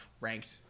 ranked